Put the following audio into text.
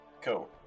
Cool